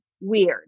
weird